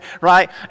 right